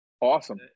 awesome